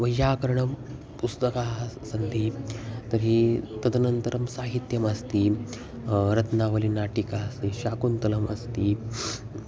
वैयाकरणं पुस्तकानि सन्ति तर्हि तदनन्तरं साहित्यमस्ति रत्नावलिनाटिका अस्ति शाकुन्तलम् अस्ति